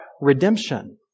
redemption